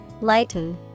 lighten